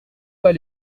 pas